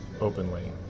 openly